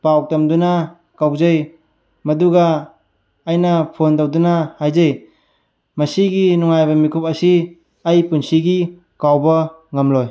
ꯄꯥꯎ ꯇꯝꯗꯨꯅ ꯀꯧꯖꯩ ꯃꯗꯨꯒ ꯑꯩꯅ ꯐꯣꯟ ꯇꯧꯗꯨꯅ ꯍꯥꯏꯖꯩ ꯃꯁꯤꯒꯤ ꯅꯨꯡꯉꯥꯏꯕ ꯃꯤꯀꯨꯞ ꯑꯁꯤ ꯑꯩ ꯄꯨꯟꯁꯤꯒꯤ ꯀꯥꯎꯕ ꯉꯝꯂꯣꯏ